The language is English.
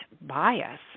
bias